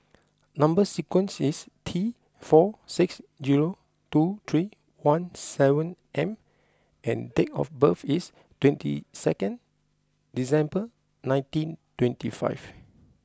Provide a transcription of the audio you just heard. number sequence is T four six zero two three one seven M and date of birth is twenty second December nineteen twenty five